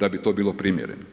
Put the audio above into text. da bi to bilo primjereno.